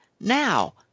now